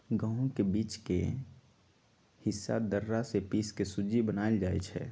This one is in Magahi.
गहुम के बीच में के हिस्सा दर्रा से पिसके सुज्ज़ी बनाएल जाइ छइ